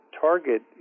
target